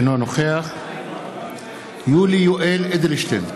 אינו נוכח יולי יואל אדלשטיין,